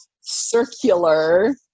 circular